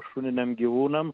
šuniniam gyvūnam